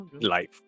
life